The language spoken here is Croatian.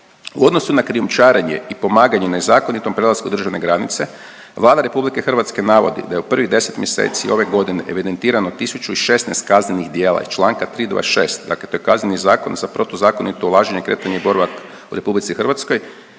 U odnosu na krijumčarenje i pomaganje nezakonitom prelasku državne granice Vlada Republike Hrvatske navodi da je u prvih 10 mjeseci ove godine evidentirano 116 kaznenih djela iz članka 3., 26. Dakle, to je Kazneni zakon za protuzakonito ulaženje i kretanje i boravak u Republici Hrvatskoj,